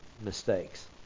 mistakes